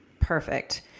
Perfect